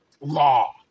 law